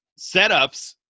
setups